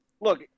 look